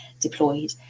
deployed